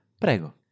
Prego